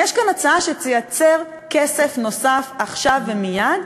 יש כאן הצעה שתייצר כסף נוסף עכשיו ומייד,